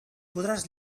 podràs